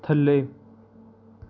ਥੱਲੇ